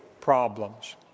problems